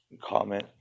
comment